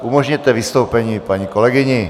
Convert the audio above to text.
Umožněte vystoupení paní kolegyni.